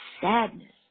sadness